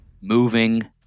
moving